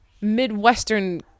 Midwestern